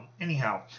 anyhow